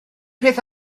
peth